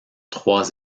trois